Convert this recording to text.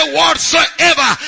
whatsoever